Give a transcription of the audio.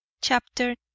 Chapter